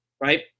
right